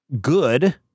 good